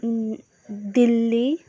Delhi